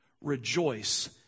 Rejoice